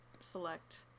select